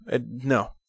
No